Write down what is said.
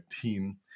team